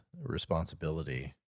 responsibility